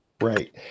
Right